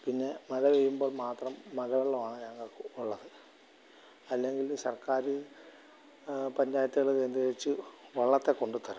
പിന്നെ മഴ പെയ്യുമ്പോള് മാത്രം മഴവെള്ളമാണ് ഞങ്ങള്ക്ക് ഉള്ളത് അല്ലെങ്കില് സര്ക്കാര് പഞ്ചായത്തുകള് കേന്ദ്രീകരിച്ച് വള്ളത്തെ കൊണ്ടുത്തരണം